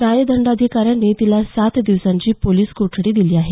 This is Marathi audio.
न्यायदंडाधिकाऱ्यांनी तिला सात दिवसांची पोलीस कोठडी दिली आहे